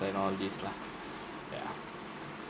and all this lah yeah